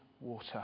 water